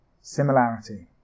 Similarity